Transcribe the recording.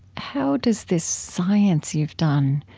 how does this science you've done,